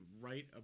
right